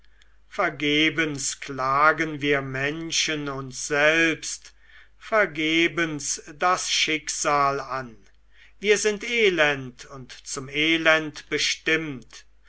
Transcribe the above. vergebens klagen wir menschen uns selbst vergebens das schicksal an wir sind elend und zum elend bestimmt